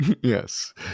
Yes